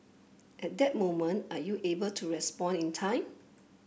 at that moment are you able to respond in time